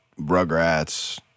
Rugrats